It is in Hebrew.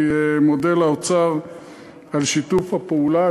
אני מודה לאוצר על שיתוף הפעולה,